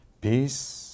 peace